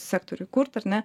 sektoriui kurt ar ne